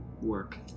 work